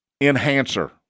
enhancer